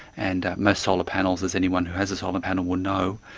and most solar panels, as anyone who has a solar panel will know,